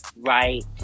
right